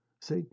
See